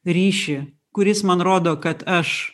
ryšį kuris man rodo kad aš